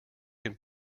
can